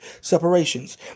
separations